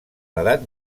l’edat